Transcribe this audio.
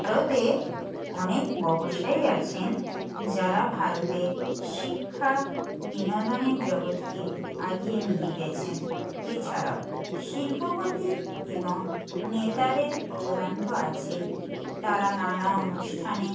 ভারতে অনেক ব্যবসায়ী আছেন যারা ভারতের শিক্ষা বিনোদনের জগৎকে এগিয়ে নিয়ে গেছেন এছাড়াও শিল্পপতি এবং নেতাদের অবদান তো আছেই তারা নানা অনুষ্ঠানে